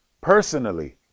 personally